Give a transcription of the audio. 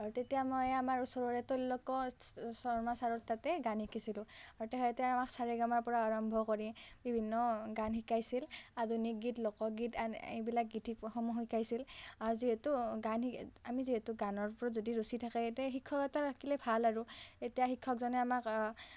আৰু তেতিয়া মই আমাৰ ওচৰৰে ত্ৰৈলোক্য শৰ্মা চাৰৰ তাতে গান শিকিছিলোঁ আৰু তেখেতে আমাক সা ৰে গা মাৰ পৰা আৰম্ভ কৰি বিভিন্ন গান শিকাইছিল আধুনিক গীত লোকগীত এন এইবিলাক গীতসমূহ শিকাইছিল আৰু যিহেতু গান শি আমি যিহেতু গানৰ ওপৰত যদি ৰুচি থাকে তে শিক্ষক এটা ৰাখিলে ভাল আৰু এতিয়া শিক্ষকজনে আমাক